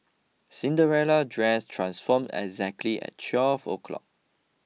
Cinderella dress transformed exactly at twelve o'clock